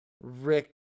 Rick